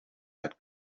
had